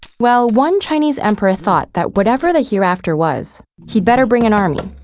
well, one chinese emperor thought that whatever the hereafter was, he better bring an army.